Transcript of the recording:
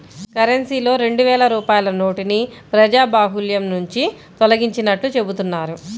కరెన్సీలో రెండు వేల రూపాయల నోటుని ప్రజాబాహుల్యం నుంచి తొలగించినట్లు చెబుతున్నారు